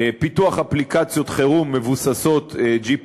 פיתוח אפליקציות חירום מבוססות GPS ועוד.